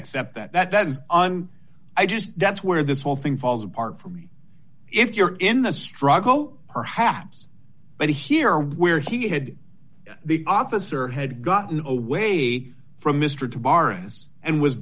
accept that that is on i just that's where this whole thing falls apart for me if you're in the struggle perhaps but here where he had the officer had gotten away from mr to barra's and was